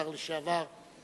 השר לשעבר,